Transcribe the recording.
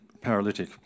paralytic